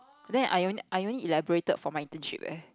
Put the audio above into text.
then I only I only elaborated for my internship leh